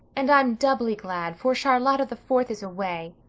and i'm doubly glad, for charlotta the fourth is away.